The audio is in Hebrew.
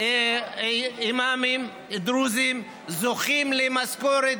70 אימאמים דרוזים זוכים למשכורת,